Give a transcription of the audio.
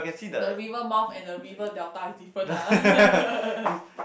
the river mouth and the river delta is different lah